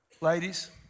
ladies